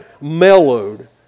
mellowed